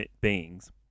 beings